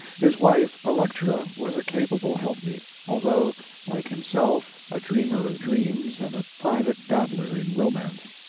his wife, electra, was a capable helpmeet, although like himself a dreamer of dreams and a private dabbler in romance.